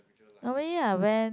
normally I went